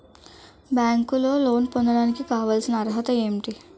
బ్యాంకులో లోన్ పొందడానికి కావాల్సిన అర్హత ఏంటి?